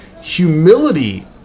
Humility